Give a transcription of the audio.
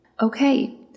okay